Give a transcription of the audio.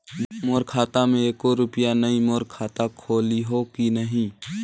मोर खाता मे एको रुपिया नइ, मोर खाता खोलिहो की नहीं?